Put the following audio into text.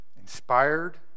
inspired